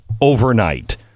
overnight